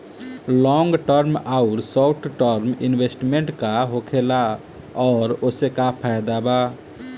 Long term आउर short term investment का होखेला और ओसे का फायदा बा?